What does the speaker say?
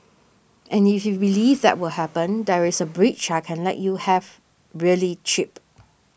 and if you believe that will happen there is a bridge I can let you have really cheap